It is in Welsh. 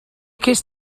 cest